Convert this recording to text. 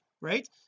right